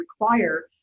require